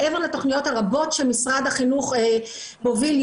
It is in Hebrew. מעבר לתכניות הרבות שמשרד החינוך הוביל,